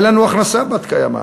אין לנו הכנסה בת-קיימא?